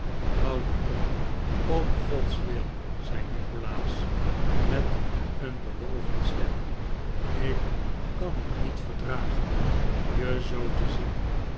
houd op om gods wil zei nikolaas met een bewogen stem ik kan het niet verdragen je zoo te zien